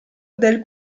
del